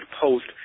post